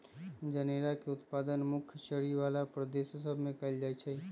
जनेरा के उत्पादन मुख्य चरी बला प्रदेश सभ में कएल जाइ छइ